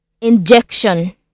injection